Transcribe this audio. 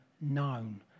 known